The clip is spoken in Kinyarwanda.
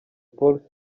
paul